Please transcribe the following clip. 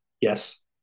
yes